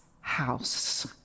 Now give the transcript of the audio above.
house